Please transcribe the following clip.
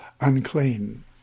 unclean